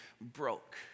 broke